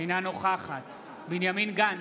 אינה נוכחת בנימין גנץ,